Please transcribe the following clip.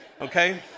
okay